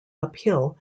uphill